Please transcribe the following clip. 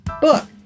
book